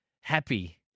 happy